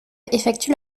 effectue